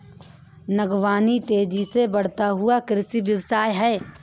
बागवानी तेज़ी से बढ़ता हुआ कृषि व्यवसाय है